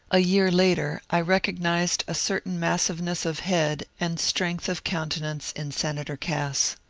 a year later i recognized a certain massive ness of head and strength of countenance in senator cass.